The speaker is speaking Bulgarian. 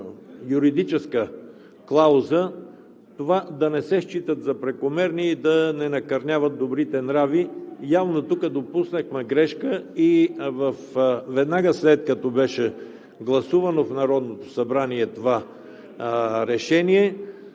юридическа клауза да не се считат за прекомерни и да не накърняват добрите нрави. Явно тук допуснахме грешка. Веднага след като беше гласувано в Народното събрание това решение,